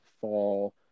fall